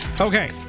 Okay